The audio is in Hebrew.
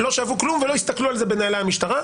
לא שאבו כלום ולא הסתכלו על זה בנהלי המשטרה,